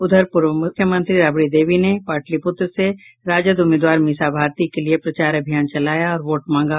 उधर पूर्व मूख्यमंत्री राबड़ी देवी ने पाटलिपूत्र से राजद उम्मीदवार मीसा भारती के लिए प्रचार अभियान चलाया और वोट मांगा